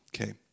okay